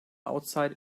outside